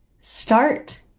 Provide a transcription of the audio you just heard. start